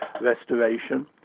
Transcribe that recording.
restoration